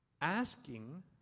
asking